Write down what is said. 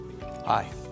Hi